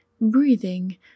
breathing